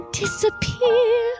disappear